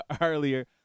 earlier